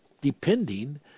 depending